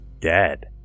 dead